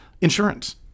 insurance